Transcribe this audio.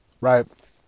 right